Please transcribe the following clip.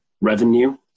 revenue